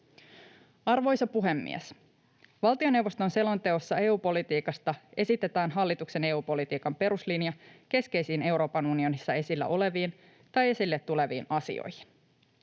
Arvoisa puhemies! Valtioneuvoston selonteossa EU-politiikasta esitetään hallituksen EU-politiikan peruslinja keskeisiin Euroopan unionissa esillä oleviin tai esille tuleviin asioihin.